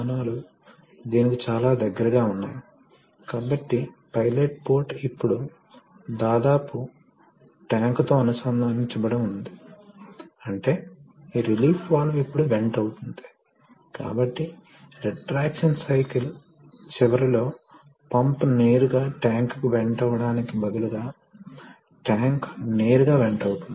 మరియు ఇవి చిహ్నాలు కాబట్టి పంప్ చిహ్నం ఇలా ఉంటుంది మరియు మోటారు చిహ్నం ఇలా ఉంటుంది మరియు మీకు తెలిసిన కొన్ని రివర్సిబుల్ ఉన్నాయి పంప్ మరియు మోటారు రివర్సిబుల్ అయితే అవి రెండు దిశలలో తిరగగలవు అప్పుడు ఇది గుర్తు